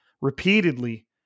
repeatedly